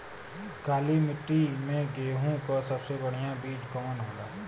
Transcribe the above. काली मिट्टी में गेहूँक सबसे बढ़िया बीज कवन होला?